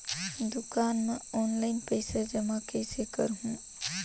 दुकान म ऑनलाइन पइसा जमा कइसे करहु?